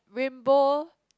rainbow